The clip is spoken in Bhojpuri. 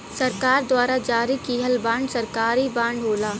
सरकार द्वारा जारी किहल बांड सरकारी बांड होला